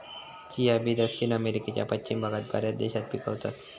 chia बी दक्षिण अमेरिकेच्या पश्चिम भागात बऱ्याच देशात पिकवतत